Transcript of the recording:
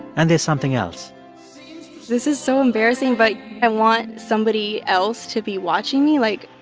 and there's something else this is so embarrassing. but i want somebody else to be watching me. like,